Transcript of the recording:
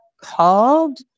called